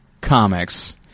comics